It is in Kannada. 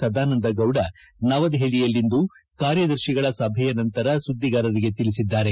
ಸದಾನಂದ ಗೌಡ ನವದೆಹಲಿಯಲ್ಲಿಂದು ಕಾರ್ಯದರ್ಶಿಗಳ ಸಭೆಯ ನಂತರ ಸುದ್ದಿಗಾರರಿಗೆ ತಿಳಿಸಿದ್ದಾರೆ